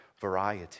variety